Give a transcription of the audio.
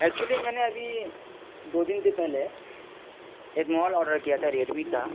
actually میں نے ابھی دو دن تے پہلے ایک مووائل آڈر کیا تھا ریڈمی کا